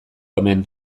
hemen